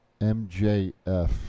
MJF